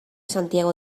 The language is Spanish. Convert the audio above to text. santiago